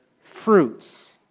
fruits